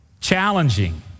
challenging